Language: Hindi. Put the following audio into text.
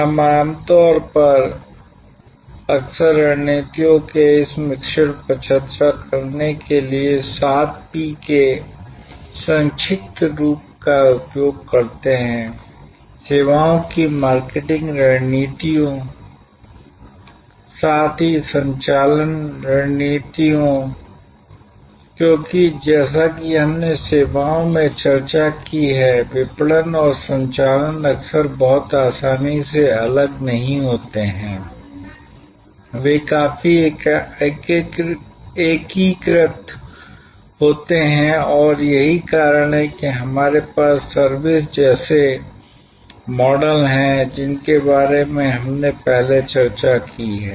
हम आम तौर पर अक्सर रणनीतियों के इस मिश्रण पर चर्चा करने के लिए सात पी के संक्षिप्त रूप का उपयोग करते हैं सेवाओं की मार्केटिंग रणनीतियों साथ ही संचालन रणनीतियों क्योंकि जैसा कि हमने सेवाओं में चर्चा की है विपणन और संचालन अक्सर बहुत आसानी से अलग नहीं होते हैं वे काफी एकीकृत होते हैं और यही कारण है कि हमारे पास सर्विस जैसे मॉडल हैं जिनके बारे में हमने पहले चर्चा की है